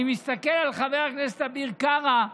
אני מסתכל על חבר הכנסת אביר קארה.